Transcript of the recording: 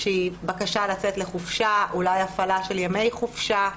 שהיא בקשה לצאת לחופשה, אולי הפעלה של ימי חופשה,